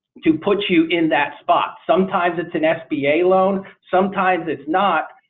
to put you in that spot sometimes it's an sba loan. sometimes it's not.